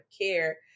care